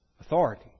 authority